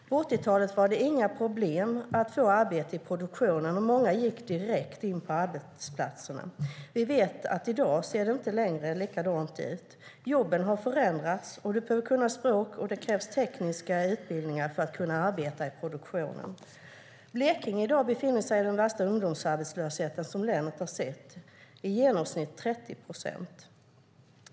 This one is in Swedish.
På 80-talet var det inga problem att få arbete i produktionen, och många gick direkt in på arbetsplatserna. Vi vet att det inte längre ser likadant ut. Jobben har förändrats och man måste kunna språk och ha tekniska utbildningar för att kunna arbeta i produktionen. Blekinge befinner sig i dag i den värsta ungdomsarbetslösheten som länet har sett, i genomsnitt 30 procent.